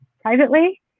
privately